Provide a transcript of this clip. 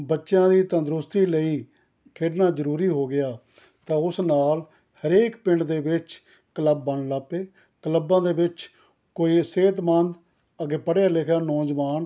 ਬੱਚਿਆਂ ਦੀ ਤੰਦਰੁਸਤੀ ਲਈ ਖੇਡਣਾ ਜ਼ਰੂਰੀ ਹੋ ਗਿਆ ਤਾਂ ਉਸ ਨਾਲ ਹਰੇਕ ਪਿੰਡ ਦੇ ਵਿੱਚ ਕਲੱਬ ਬਣਨ ਲੱਗ ਪਏ ਕਲੱਬਾਂ ਦੇ ਵਿੱਚ ਕੋਈ ਸਿਹਤਮੰਦ ਅੱਗੇ ਪੜ੍ਹਿਆ ਲਿਖਿਆ ਨੌਜਵਾਨ